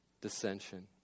dissension